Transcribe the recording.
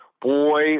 Boy